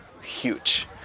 huge